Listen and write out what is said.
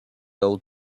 old